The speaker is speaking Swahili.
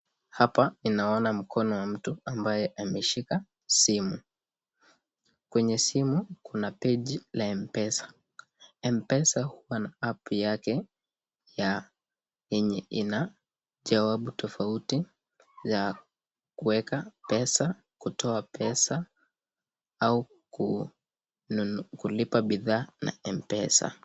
Hapa ninaona mkono wa mtu ambaye ameshika simu, kwenye simu Kuna peji la mpesa, mpesa iko na app yake yenye ina jawabu tofauti ya kuweka pesa, kutoa pesa au kulipa bidhaa na mpesa.